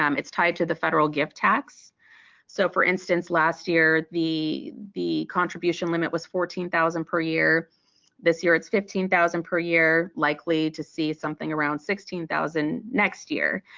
um it's tied to the federal gift tax so for instance last year the the contribution limit was fourteen thousand per year this year it's fifteen thousand per year likely to see something around sixteen thousand next year.